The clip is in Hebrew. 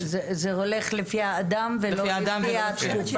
כן, זה הולך לפי האדם ולא לפי התקופה.